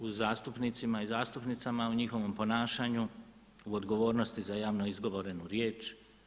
U zastupnicima i zastupnicama i u njihovom ponašanju, u odgovornosti za javno izgovorenu riječ.